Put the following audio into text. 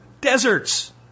deserts